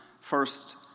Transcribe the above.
first